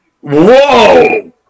Whoa